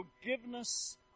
forgiveness